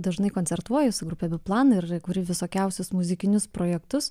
dažnai koncertuoji su grupe biplan ir kuri visokiausius muzikinius projektus